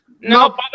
No